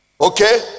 Okay